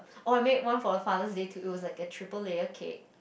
oh I made one for Father's Day too it was a triple layer cake